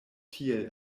tiel